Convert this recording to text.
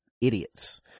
idiots